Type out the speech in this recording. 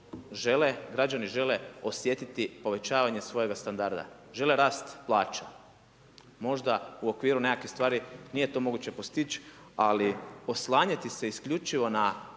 žele, građani žele osjetiti povećavanje svojega standarda. Žele rast plaća. Možda u okviru nekakvih stvari, nije to moguće postići, ali oslanjati se isključivo na